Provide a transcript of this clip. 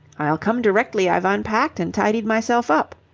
i'll come directly i've unpacked and tidied myself up.